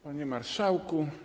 Panie Marszałku!